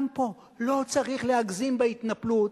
גם פה לא צריך להגזים בהתנפלות.